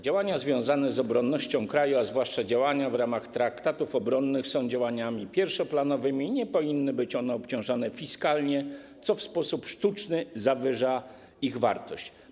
Działania związane z obronnością kraju, a zwłaszcza działania w ramach traktatów obronnych, są działaniami pierwszoplanowymi i nie powinny być one obciążone fiskalnie, co w sposób sztuczny zawyża ich wartość.